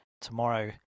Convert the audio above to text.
tomorrow